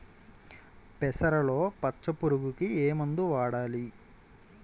పెసరలో పచ్చ పురుగుకి ఏ మందు వాడాలి?